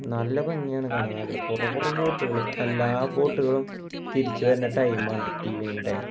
നല്ല ഭംഗിയാണ് കാണാൻ നല്ല കുറെ കുറെ ബോട്ടുകളും എല്ലാ ബോട്ടുകളും തിരിച്ച് വരുന്ന ടൈം ആണ് ഈവനിങ് ടൈം